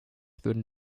würden